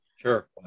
sure